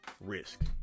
risk